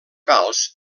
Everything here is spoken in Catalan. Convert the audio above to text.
calç